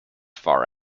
far